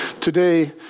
Today